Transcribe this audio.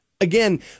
again